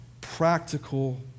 practical